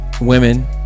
women